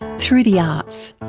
through the arts.